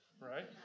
right